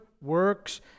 works